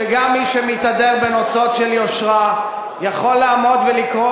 שגם מי שמתהדר בנוצות של יושרה יכול לעמוד ולקרוא